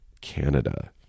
Canada